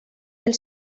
del